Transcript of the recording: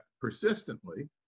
persistently